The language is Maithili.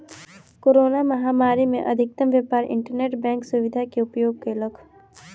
कोरोना महामारी में अधिकतम व्यापार इंटरनेट बैंक सुविधा के उपयोग कयलक